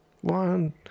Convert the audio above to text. one